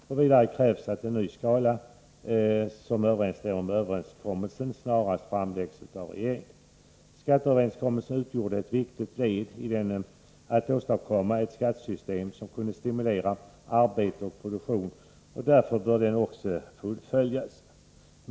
Vidare krävs att förslag till en ny skatteskala, som då överensstämmer med överenskommelsens skala, snarast framläggs av regeringen. Skatteöverenskommelsen utgjorde ett viktigt led i att åstadkomma ett skattesystem som kunde stimulera till arbete och produktion. Därför bör den också fullföljas.